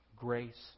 grace